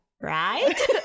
right